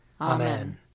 Amen